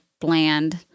bland